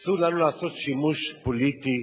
אסור לנו לעשות שימוש פוליטי,